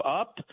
up